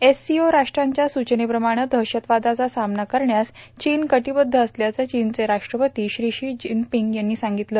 SCO राष्ट्रांच्या सूचनेप्रमाणं दहशतवादाचा सामना करण्यास चीन कटिबद्ध असल्याचं चीनचे राष्ट्रपती श्री जिनपिंग यावेळी म्हणाले